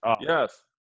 Yes